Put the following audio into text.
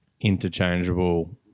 interchangeable